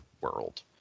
world